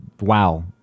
wow